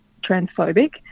transphobic